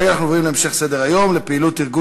אנחנו עוברים להמשך סדר-היום: פעילות ארגון